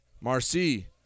Marcy